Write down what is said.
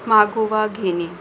मागोवा घेणे